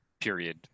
period